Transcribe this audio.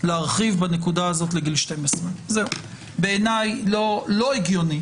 להרחיב בנקודה הזאת לגיל 12. בעיניי זה לא הגיוני